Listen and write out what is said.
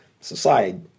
society